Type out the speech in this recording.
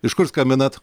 iš kur skambinat